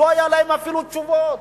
לא היו להם אפילו תשובות.